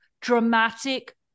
dramatic